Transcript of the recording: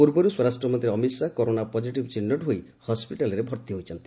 ପୂର୍ବରୁ ସ୍ୱରାଷ୍ଟ୍ରମନ୍ତ୍ରୀ Amit Shah corona positive ଚିହ୍ନଟ ହୋଇ ହସ୍କିଟାଲ୍ରେ ଭର୍ତ୍ତି ହୋଇଛନ୍ତି